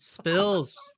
Spills